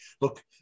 look